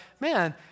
man